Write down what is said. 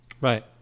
right